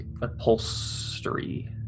upholstery